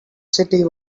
city